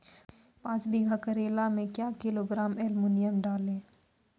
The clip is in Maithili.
पाँच बीघा करेला मे क्या किलोग्राम एलमुनियम डालें?